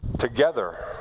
together,